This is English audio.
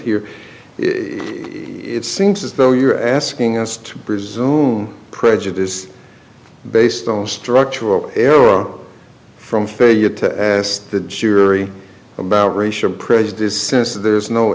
here it seems as though you're asking us to presume prejudice based on structural arrow from failure to the jury about racial prejudice since there's no